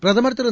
பிரதமர் திரு